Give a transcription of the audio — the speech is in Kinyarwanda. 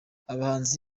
abahanzi